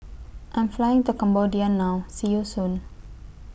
I Am Flying to Cambodia now See YOU Soon